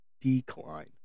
decline